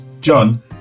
John